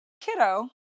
kiddo